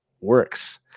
works